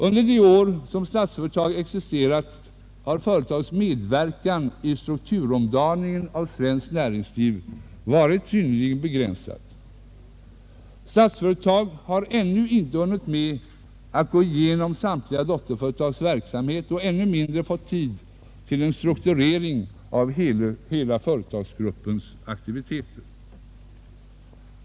Under de år som Statsföretag existerat har företagets medverkan i strukturomdaningen av svenskt näringsliv varit synnerligen begränsad. Statsföretag har ännu inte hunnit med att gå igenom samtliga dotterföretags verksamhet och ännu mindre fått tid till en strukturering av hela företagsgruppens aktiviteter.